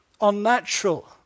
unnatural